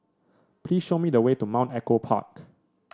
please show me the way to Mount Echo Park